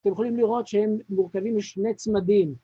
אתם יכולים לראות שהם מורכבים משני צמדים.